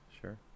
Sure